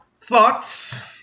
thoughts